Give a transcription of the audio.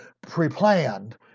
pre-planned